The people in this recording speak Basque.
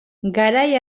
garai